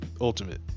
Ultimate